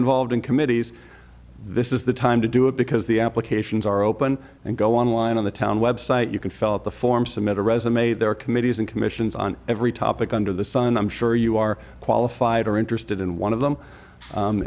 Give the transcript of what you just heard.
involved in committees this is the time to do it because the applications are open and go online on the town website you can felt the form submit a resume there are committees and commissions on every topic under the sun i'm sure you are qualified or interested in one of them